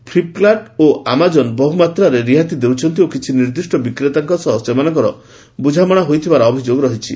Flipkart ଓ Amazon ବହୁମାତ୍ରାରେ ରିହାତି ଦେଉଛନ୍ତି ଓ କିଛି ନିର୍ଦ୍ଦିଷ୍ଟ ବିକ୍ରେତାଙ୍କ ସହ ସେମାନଙ୍କର ବୁଝାମଣା ହୋଇଥିବାର ଅଭିଯୋଗ ରହିଛି